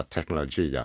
Technology